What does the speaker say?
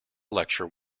lecture